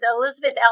Elizabeth